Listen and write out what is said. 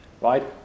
right